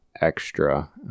extra